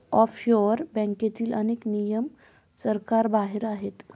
offshore बँकेतील अनेक नियम सरकारबाहेर आहेत